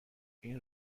این